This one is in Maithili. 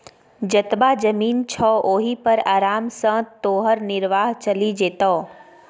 जतबा जमीन छौ ओहि पर आराम सँ तोहर निर्वाह चलि जेतौ